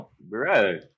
Bro